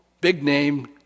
big-name